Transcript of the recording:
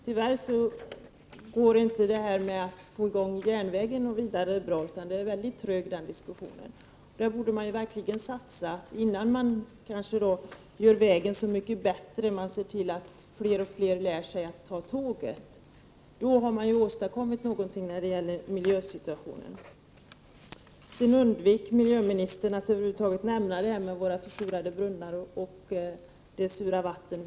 Tyvärr går försöken att få i gång järnvägen inte vidare bra. Den diskussionen är väldigt trög. Där borde man verkligen satsa, så att man innan man gör vägen så mycket bättre ser till att fler och fler lär sig att ta tåget. Då har man ju åstadkommit någonting när det gäller miljösituationen. Miljöministern undvek att över huvud taget nämna något om försurade brunnar och försurade vatten.